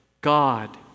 God